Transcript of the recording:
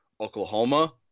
Oklahoma